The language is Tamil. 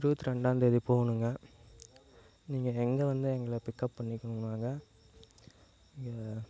இருபத்தி ரெண்டாந்தேதி போகணுங்க நீங்கள் எங்கே வந்து எங்களை பிக்கப் பண்ணிக்கணுனாங்க இங்கே